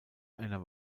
einer